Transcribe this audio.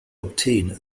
obtain